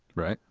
right.